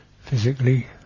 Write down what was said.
physically